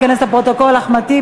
חינוך עצמאי